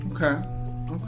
okay